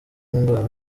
ndwara